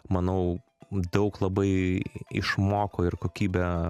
manau daug labai išmoko ir kokybę